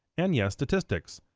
and yes, statistics.